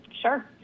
Sure